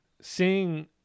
seeing